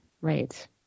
Right